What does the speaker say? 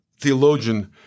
theologian